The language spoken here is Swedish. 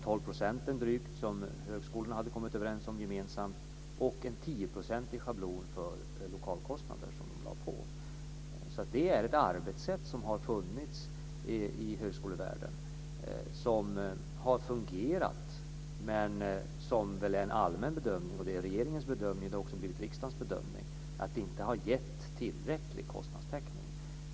De var drygt 12 % som högskolorna hade kommit överens om gemensamt och en 10-procentig schablon för lokalkostnader som lades på. Det är ett arbetssätt som har funnits i högskolevärlden som har fungerat, men det är en allmän bedömning - regeringens bedömning och också riksdagens bedömning - att det inte har gett tillräcklig kostnadstäckning.